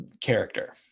Character